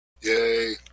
Yay